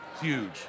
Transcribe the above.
Huge